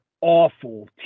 awful